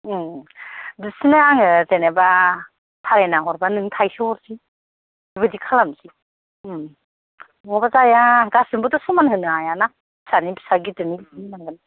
बिसोरनो आङो जेनेबा सारेना हरबा नोंनो थायसे हरनोसै बेबादि खालामनोसै नङाबा जाया गासैनोबोथ' समान होनो हायाना फिसानि फिसा गिदिरनि गिदिर होनांगोन